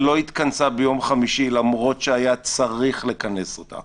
שלא התכנסה ביום חמישי למרות שהיה צריך לכנס אותה